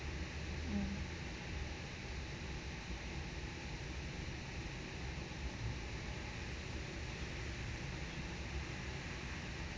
mm